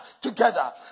together